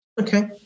Okay